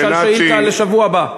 אולי ישאל שאילתה לשבוע הבא.